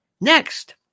Next